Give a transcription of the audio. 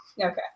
Okay